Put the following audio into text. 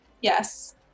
Yes